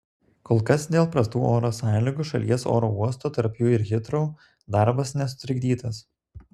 kol kas dėl prastų oro sąlygų šalies oro uostų tarp jų ir hitrou darbas nesutrikdytas